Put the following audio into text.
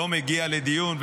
לא מגיע לדיון,